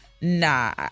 nah